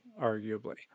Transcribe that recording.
arguably